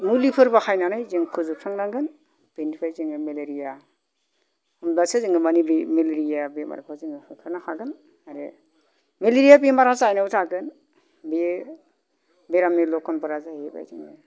मुलिफोर बाहायनानै जों फोजोबस्रांनांगोन बेनिफ्राय जोङो मेलेरिया होमबासो जोङो मानि बे मेलेरिया बेमारखौ जोङो हमथानो हागोन आरो मेलेरिया बेमारा जायनायाव जागोन बेयो बेरामनि लखनफोरा जाहैबाय